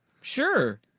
Sure